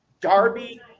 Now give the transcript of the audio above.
Darby